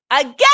Again